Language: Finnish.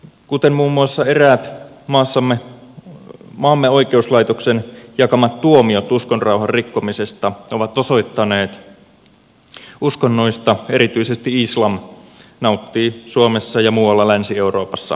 kuten muun muassa eräät maamme oikeuslaitoksen jakamat tuomiot uskonrauhan rikkomisesta ovat osoittaneet uskonnoista erityisesti islam nauttii suomessa ja muualla länsi euroopassa erityissuojelua